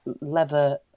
leather